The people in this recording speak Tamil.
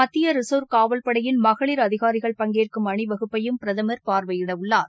மத்தியரிசர்வ் காவல் படையின் மகளிர் அதினரிகள் பங்கேற்கும் அனிவகுப்பையும் பிரதமர் பார்வையிடவுள்ளார்